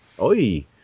Oi